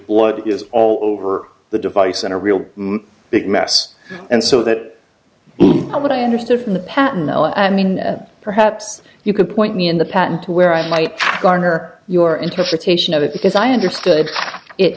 blood is all over the device and a real big mess and so that what i understood from the patent and mean perhaps you could point me in the patent to where i might garner your interpretation of it because i understood it